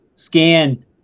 scan